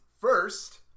First